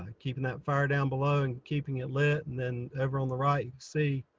keeping that fire down below and keeping it lit. and then everyone the right, see